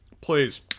Please